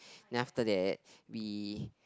then after that we